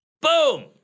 boom